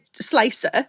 slicer